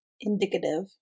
Indicative